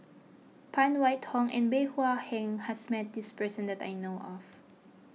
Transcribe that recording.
Phan Wait Hong and Bey Hua Heng has met this person that I know of